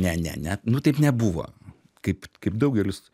ne ne ne nu taip nebuvo kaip kaip daugelis